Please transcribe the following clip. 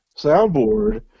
soundboard